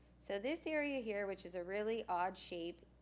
so this area here, which is a really odd shape,